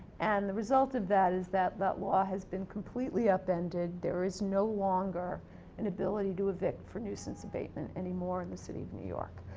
and, the result of that is that that law has been completely upended. there is no longer an ability to evict for nuisance abatement anymore in the city of new york.